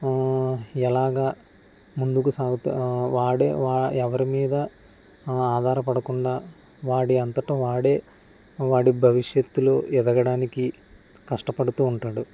ఎలాగా ముందుకు సాగుతా వాడే వా ఎవరి మీద ఆధారపడకుండా వాడి అంతట వాడే వాడి భవిష్యత్తులో ఎదగడానికి కష్టపడుతూ ఉంటాడు